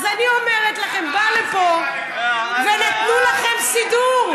אני אומרת לכם: בא לפה ונתנו לכם סידור.